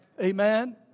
Amen